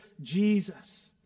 Jesus